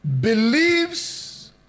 believes